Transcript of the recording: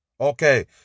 ...okay